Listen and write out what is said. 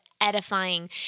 edifying